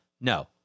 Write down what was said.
No